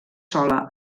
sola